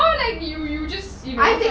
I think